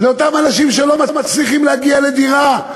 לאותם אנשים שלא מצליחים להגיע לדירה,